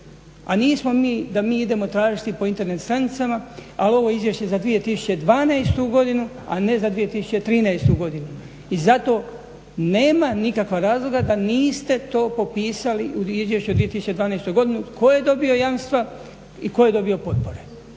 a nismo mi da mi idemo tražiti po internet stranicama. Ali ovo je izvješće za 2012. godinu, a ne za 2013. godinu i zato nema nikakva razloga da niste to popisali u izvješću za 2012. godinu tko je dobio jamstva i tko je dobio potpore.